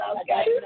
Okay